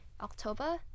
October